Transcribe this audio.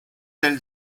del